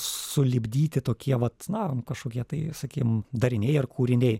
sulipdyti tokie vat na kažkokie tai sakykim dariniai ar kūriniai